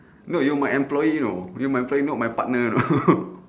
no you my employee you know you my employee not my partner you know